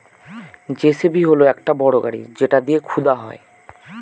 JCB হল একটা বড় গাড়ি যেটা দিয়ে খুদা হয়